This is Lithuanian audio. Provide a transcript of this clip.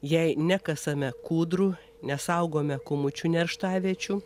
jei nekasame kūdrų nesaugome kūmučių nerštaviečių